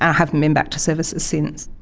i haven't been back to services since.